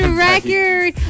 record